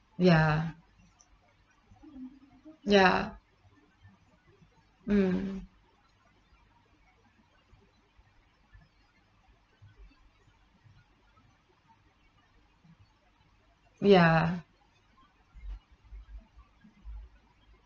ya ya mm ya